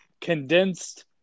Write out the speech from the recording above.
condensed